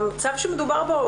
המצב שמדובר בו,